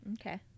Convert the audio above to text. Okay